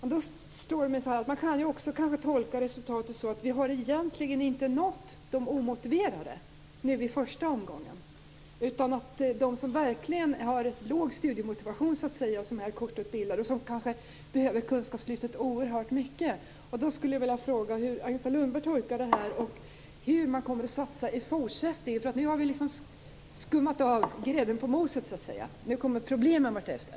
Men man kan också tolka resultatet så att man inte har nått de omotiverade i den första omgången. Hur kommer man att satsa i fortsättningen för att nå de som är kortutbildade och har låg studiemotivation och som kanske behöver kunskapslyftet oerhört mycket? Nu när vi har så att säga skummat av grädden från mjölken kommer problemen vartefter.